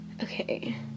Okay